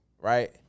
right